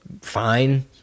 fine